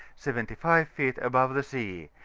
seventy five feet above the sea,